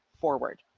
forward